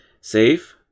save